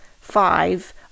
five